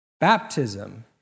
Baptism